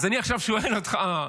אז אני עכשיו שואל אותך,